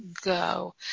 go